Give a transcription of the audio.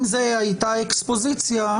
אם זו הייתה אקספוזיציה,